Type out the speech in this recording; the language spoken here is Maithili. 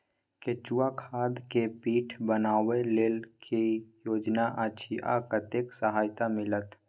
केचुआ खाद के पीट बनाबै लेल की योजना अछि आ कतेक सहायता मिलत?